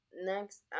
Next